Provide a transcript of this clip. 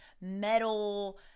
metal